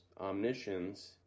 Omniscience